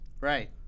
Right